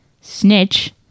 snitch